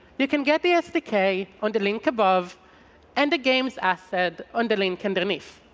you can get the sdk on the link above and the games asset on the link underneath.